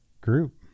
group